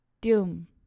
doom